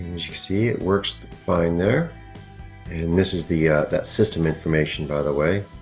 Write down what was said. as you see it works fine there and this is the that system information by the way